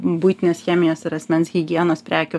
buitinės chemijos ir asmens higienos prekių